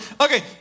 okay